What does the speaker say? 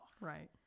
Right